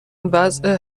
وضع